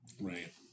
Right